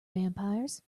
vampires